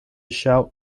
shout